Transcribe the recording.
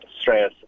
stress